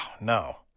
no